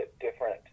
different